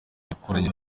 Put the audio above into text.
yakoranye